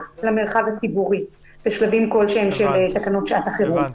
למרחב הציבורי בשלבים כלשהם של תקנות של שעת החירום.